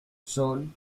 son